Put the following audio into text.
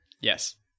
Yes